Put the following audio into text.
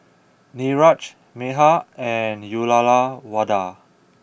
Niraj Medha and Uyyalawada